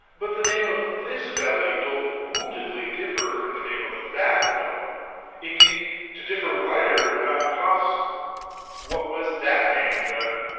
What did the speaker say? but the name of this valley doth woundily differ from the name of that one indeed to differ wider were not pos what was that name, then?